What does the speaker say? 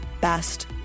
best